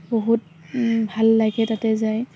বহুত ভাল লাগে তাতে যায়